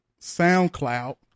SoundCloud